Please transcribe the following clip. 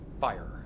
fire